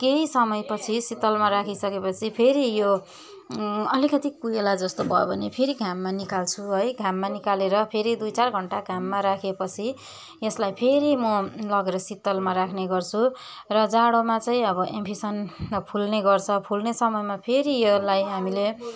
केही समयपछि शीतलमा राखिसकेपछि फेरि यो अलिकति कुहिएला जस्तो भयो भने फेरि घाममा निकाल्छु है घाममा निकालेर फेरि दुई चार घन्टा घाममा राखेपछि यसलाई फेरि म लगेर शीतलमा राख्ने गर्छु र जाडोमा चाहिँ अब एम्फिसन फुल्ने गर्छ फुल्ने समयमा फेरि यसलाई हामीले